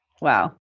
Wow